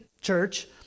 church